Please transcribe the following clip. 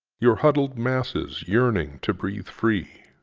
your huddled masses yearning to breathe free,